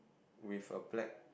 with a black